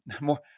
more